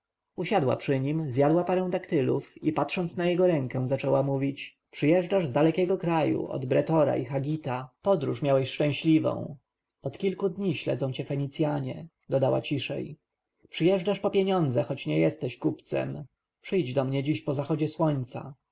usiadła przy nim zjadła parę daktylów i patrząc na jego dłoń zaczęła mówić przyjeżdżasz z dalekiego kraju od bretora i hagita podróż miałeś szczęśliwą od kilku dni śledzą cię fenicjanie dodała ciszej przyjeżdżasz po pieniądze choć nie jesteś kupcem przyjdź do mnie dziś po zachodzie słońca